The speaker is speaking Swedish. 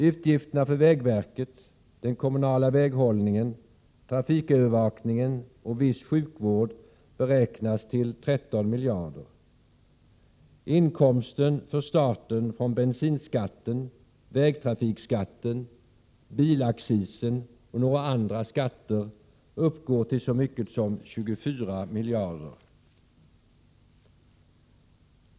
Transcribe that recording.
Utgifterna för vägverket, den kommunala väghållningen, trafikövervakningen och viss sjukvård beräknas till 13 miljarder. Inkomsten för staten från bensinskatten, vägtrafikskatten, bilaccisen och några andra skatter uppgår till så mycket som 24 miljarder.